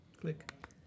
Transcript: Click